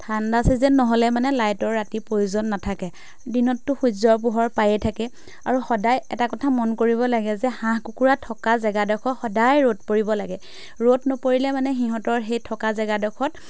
ঠাণ্ডা ছিজন নহ'লে মানে লাইটৰ ৰাতি প্ৰয়োজন নাথাকে দিনততো সূৰ্যৰ পোহৰ পায়েই থাকে আৰু সদায় এটা কথা মন কৰিব লাগে যে হাঁহ কুকুৰা থকা জেগাডোখৰ সদায় ৰ'দ পৰিব লাগে ৰ'দ নপৰিলে মানে সিহঁতৰ সেই থকা জেগাডোখৰত